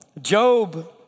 Job